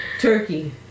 Turkey